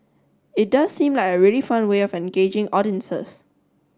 it does seem like a really fun way of engaging audiences